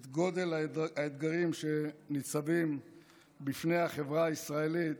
את גודל האתגרים שניצבים בפני החברה הישראלית,